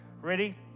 ready